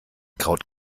kraut